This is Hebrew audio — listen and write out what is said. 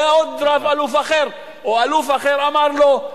ועוד רב-אלוף אחר או אלוף אחר אמר: לא,